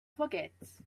forgets